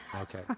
Okay